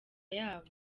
yabo